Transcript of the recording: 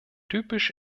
typisch